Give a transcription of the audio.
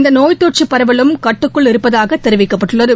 இந்த நோய் தொற்று பரவலும் கட்டுக்குள் இருப்பதாக தெரிவிக்கப்பட்டுள்ளது